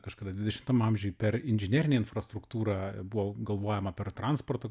kažkada dvidešimtam amžiui per inžinerinę infrastruktūrą buvo galvojama per transporto